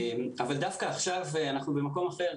אבל דווקא עכשיו אנחנו במקום אחר.